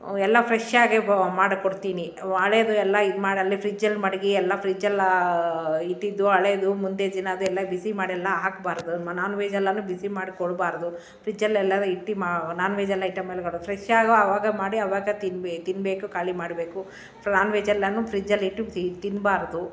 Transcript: ಎಲ್ಲ ಫ್ರೆಶ್ ಆಗಿ ಬ ಮಾಡ್ಕೊಡ್ತೀನಿ ವ ಹಳೇದು ಎಲ್ಲ ಇದ್ಮಾಡಿ ಅಲ್ಲೇ ಫ್ರಿಡ್ಜಲ್ಲಿ ಮಡಗಿ ಎಲ್ಲ ಫ್ರಿಡ್ಜಲ್ಲಿ ಇಟ್ಟಿದ್ದು ಹಳೇದು ಮುಂದೆ ದಿನದು ಎಲ್ಲ ಬಿಸಿ ಮಾಡಿ ಎಲ್ಲ ಹಾಕಬಾರ್ದು ನಾನ್ವೇಜೆಲ್ಲಾನು ಬಿಸಿ ಮಾಡ್ಕೊಡಬಾರ್ದು ಫ್ರಿಜಲೆಲ್ಲಾವೆ ಇಟ್ಟು ಮಾ ನಾನ್ವೇಜಲ್ಲ ಐಟೆಮೆಲ್ಲ ಇಲ್ಗೋಡ್ ಫ್ರೆಶಾಗಿ ಆವಾಗ ಮಾಡಿ ಆವಾಗ ತಿನ್ಬೇ ತಿನ್ನಬೇಕು ಖಾಲಿ ಮಾಡಬೇಕು ಫ ನಾನ್ವೇಜ್ ಎಲ್ಲಾನು ಫ್ರಿಡ್ಜಲ್ಲಿ ಇಟ್ಟು ತಿನ್ನಬಾರ್ದು